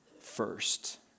first